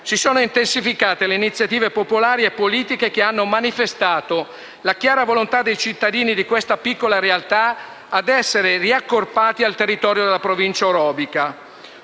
si sono intensificate le iniziative popolari e politiche, che hanno manifestano la chiara volontà dei cittadini di questa piccola realtà ad essere riaccorpati al territorio della Provincia orobica.